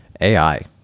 ai